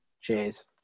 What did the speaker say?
Cheers